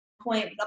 point